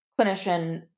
clinician